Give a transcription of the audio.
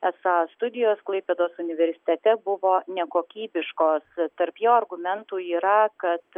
esą studijos klaipėdos universitete buvo nekokybiškos tarp jo argumentų yra kad